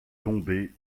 tombé